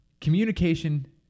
communication